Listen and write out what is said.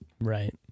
Right